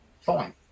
fine